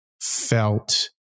felt